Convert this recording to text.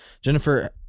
Jennifer